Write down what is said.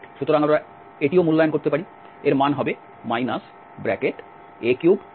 সুতরাং আমরা এটিও মূল্যায়ন করতে পারি এর মান হবে a33ab2